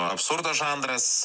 absurdo žanras